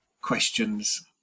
questions